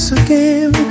again